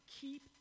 keep